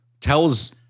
tells